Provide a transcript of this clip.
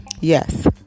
Yes